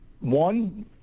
One